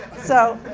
so,